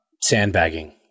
sandbagging